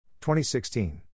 2016